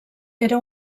era